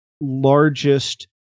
largest